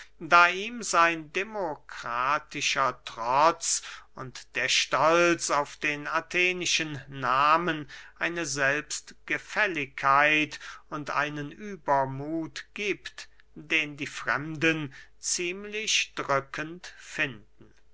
da ihm sein demokratischer trotz und der stolz auf den athenischen nahmen eine selbstgefälligkeit und einen übermuth giebt den die fremden ziemlich drückend finden